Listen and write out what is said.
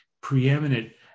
preeminent